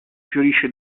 fiorisce